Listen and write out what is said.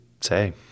say